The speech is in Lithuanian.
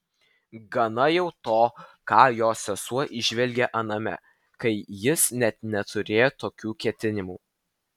gana jau to ką jo sesuo įžvelgė aname kai jis net neturėjo tokių ketinimų